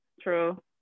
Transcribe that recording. True